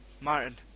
Martin